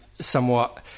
somewhat